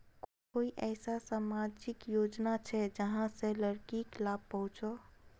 कोई ऐसा सामाजिक योजना छे जाहां से लड़किक लाभ पहुँचो हो?